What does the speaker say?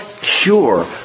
cure